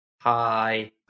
Hi